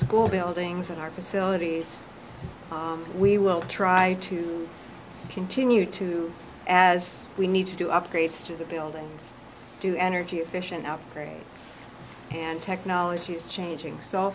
school buildings and our facilities we will try to continue to as we need to do upgrades to the buildings do energy efficient upgrades and technology is changing so